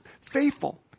faithful